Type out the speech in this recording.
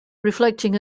reflecting